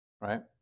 right